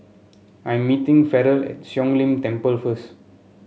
I meeting Farrell at Siong Lim Temple first